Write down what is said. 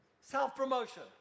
Self-promotion